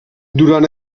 durant